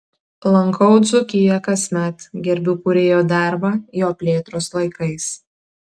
lankau dzūkiją kasmet gerbiu kūrėjo darbą jo plėtros laikais